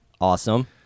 Awesome